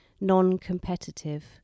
non-competitive